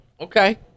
Okay